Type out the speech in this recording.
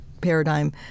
paradigm